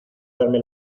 darme